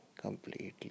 completely